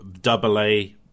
double-A